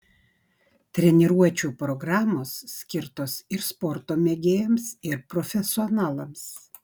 treniruočių programos skirtos ir sporto mėgėjams ir profesionalams